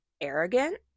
arrogant